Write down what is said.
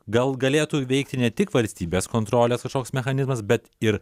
gal galėtų veikti ne tik valstybės kontrolės kažkoks mechanizmas bet ir